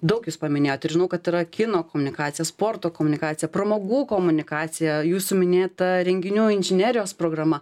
daug jūs paminėjot ir žinau kad yra kino komunikacija sporto komunikacija pramogų komunikacija jūsų minėta renginių inžinerijos programa